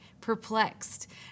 perplexed